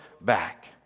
back